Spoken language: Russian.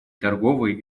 торговые